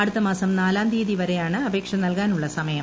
അടുത്ത മാസം നാലാം തീയതി വരെയാണ് അപേക്ഷ നൽകാനുള്ള സമയം